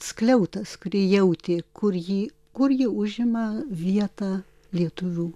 skliautas kurį jautė kur jį kur ji užima vietą lietuvių